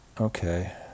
Okay